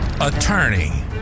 attorney